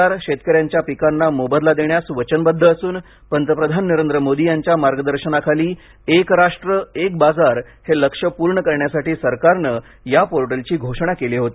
सरकार शेतकऱ्यांच्या पिकांना मोबदला देण्यास वचनबद्ध असून पंतप्रधान नरेंद्र मोदी यांच्या मार्गदर्शनाखाली एक राष्ट्र एक बाजार हे लक्ष्य पूर्ण करण्यासाठी सरकारने या पोर्टलची घोषणा केली होती